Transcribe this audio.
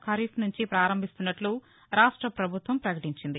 ఖరీఫ్ నుంచి పారంభిస్తున్నట్లు రాష్ట్ర పభుత్వం పకటించింది